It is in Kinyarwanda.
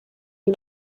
iyi